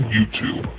YouTube